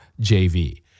JV